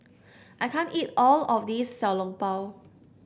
I can't eat all of this Xiao Long Bao